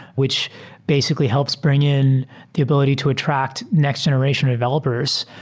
which basically helps bring in the ability to attract next generation of developers.